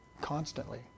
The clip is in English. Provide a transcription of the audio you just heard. constantly